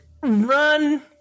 run